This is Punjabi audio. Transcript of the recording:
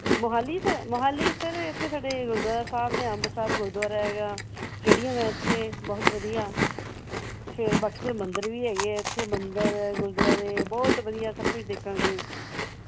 ਮੋਹਾਲੀ ਸਰ ਮੋਹਾਲੀ ਸਰ ਇੱਥੇ ਸਾਡੇ ਗੁਰਦੁਆਰਾ ਸਾਹਿਬ ਨੇ ਅੰਬ ਸਾਹਿਬ ਗੁਰਦੁਆਰਾ ਹੈਗਾ ਸਟੇਡੀਅਮ ਹੈ ਇੱਥੇ ਬਹੁਤ ਵਧੀਆ ਫੇਰ ਬਾਕੀ ਫੇਰ ਮੰਦਰ ਵੀ ਹੈਗੇ ਹੈ ਇੱਥੇ ਮੰਦਰ ਗੁਰਦੁਆਰੇ ਬਹੁਤ ਵਧੀਆ ਸਭ ਕੁਝ ਦੇਖਣ ਲਈ